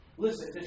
Listen